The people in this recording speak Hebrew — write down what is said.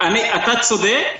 אתה צודק.